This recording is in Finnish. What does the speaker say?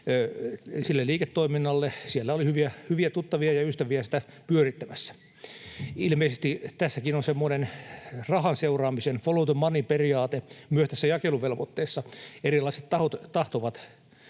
liiketoiminnalle. Siellä oli hyviä tuttavia ja ystäviä sitä pyörittämässä. Ilmeisesti on semmoinen rahaseuraamisen follow the money ‑periaate myös tässä jakeluvelvoitteessa. Erilaiset tahot tahtovat